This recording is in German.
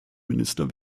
minister